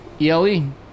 ELE